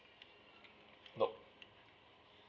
nope